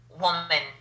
woman